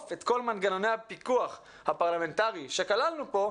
את כל מנגנוני הפיקוח הפרלמנטרי שכללנו כאן